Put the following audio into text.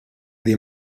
dei